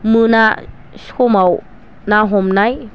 मोना समाव ना हमनाय